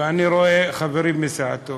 ואני רואה חברים מסיעתו.